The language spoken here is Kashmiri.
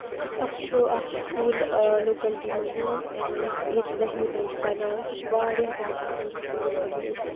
اَسہِ چھُ اکھ سُکوٗل لوکیلٹی منٛز یُتھ ییٚتہِ دٔہمہِ تام چھُ پَرناوان سُہ چھُ واریاہ زیادٕ اَصٕل سکوٗل اَگر أسۍ